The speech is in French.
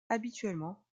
habituellement